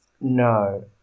No